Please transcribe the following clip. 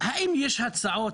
האם יש לכם הצעות?